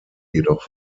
jedoch